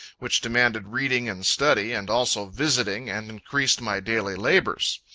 which demanded reading and study, and also visiting, and increased my daily labors.